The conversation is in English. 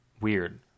weird